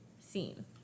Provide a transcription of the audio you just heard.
scene